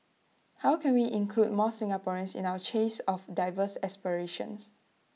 how can we include more Singaporeans in our chase of diverse aspirations